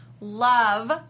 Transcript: love